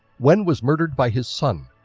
wen was murdered by his son,